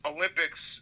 Olympics